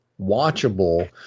watchable